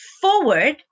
forward